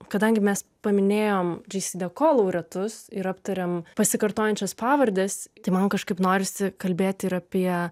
kadangi mes paminėjom džesideko laureatus ir aptarėm pasikartojančias pavardes tai man kažkaip norisi kalbėti ir apie